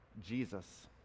Jesus